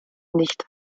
nicht